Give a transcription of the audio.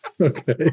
okay